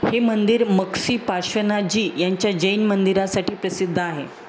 हे मंदिर मक्सी पार्श्वनाथ जी यांच्या जैन मंदिरासाठी प्रसिद्ध आहे